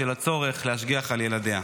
בשל הצורך להשגיח על ילדיה.